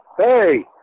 Hey